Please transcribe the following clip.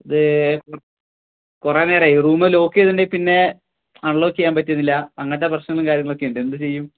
ഇത് കുറേ നേരമായി റൂം ലോക്കെയ്തിട്ടുണ്ടെങ്കില്പ്പിന്നെ അൺലോക്കെയ്യാൻ പറ്റുന്നില്ല അങ്ങനത്തെ പ്രശ്നങ്ങളും കാര്യങ്ങളൊക്കെ ഉണ്ട് എന്തു ചെയ്യും